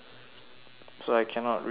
so I cannot read to you the